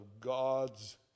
God's